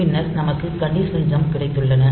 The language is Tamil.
பின்னர் நமக்கு கண்டிசனல் ஜம்ப் கிடைத்துள்ளன